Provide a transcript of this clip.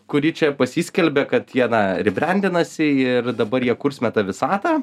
kuri čia pasiskelbė kad jie na ribrendinasi ir dabar jie kurs meta visatą